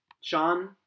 Sean